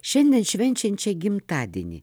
šiandien švenčiančią gimtadienį